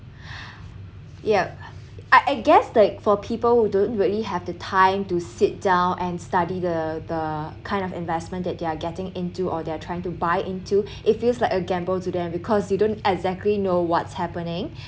yup I guess that for people who don't really have the time to sit down and study the the kind of investment that they're getting into or they're trying to buy into it feels like a gamble to them because you don't exactly know what's happening